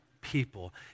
people